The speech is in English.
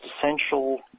essential